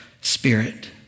Spirit